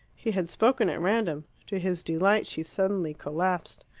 he had spoken at random. to his delight she suddenly collapsed.